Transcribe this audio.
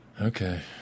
Okay